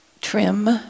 trim